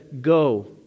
Go